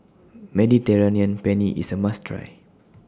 Mediterranean Penne IS A must Try